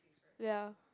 ya